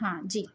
हाँ जी